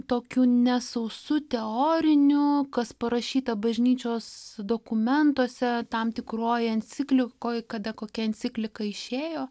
tokiu ne sausu teoriniu kas parašyta bažnyčios dokumentuose tam tikroj enciklikoj kada kokia enciklika išėjo